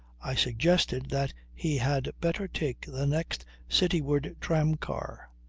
i suggested that he had better take the next city-ward tramcar.